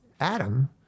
Adam